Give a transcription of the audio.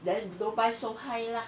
then don't buy so high lah